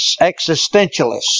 existentialists